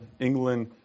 England